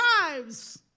lives